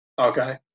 Okay